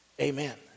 Amen